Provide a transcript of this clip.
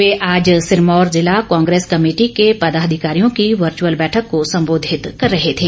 वे आज सिरमौर जिला कांग्रेस कमेटी को पदाधिकारियों की वचुर्अल बैठक को संबोधित कर रहे थे